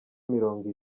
mirongo